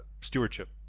stewardship